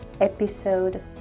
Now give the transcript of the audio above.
episode